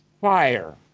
fire